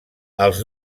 els